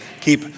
Keep